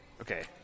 Okay